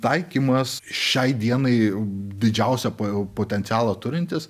taikymas šiai dienai didžiausią po potencialą turintis